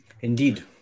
Indeed